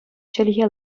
чӗлхе